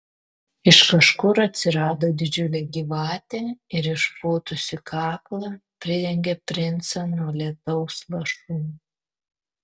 iš kažkur atsirado didžiulė gyvatė ir išpūtusi kaklą pridengė princą nuo lietaus lašų